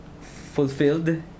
fulfilled